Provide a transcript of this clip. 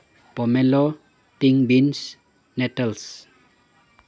pomelo pink beans nettles